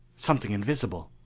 something invisible!